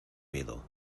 miedo